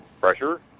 pressure